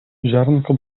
ziarnko